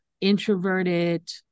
introverted